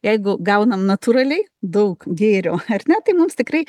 jeigu gaunam natūraliai daug gėrio ar ne tai mums tikrai